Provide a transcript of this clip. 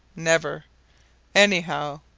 never anyhow.